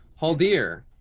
Haldir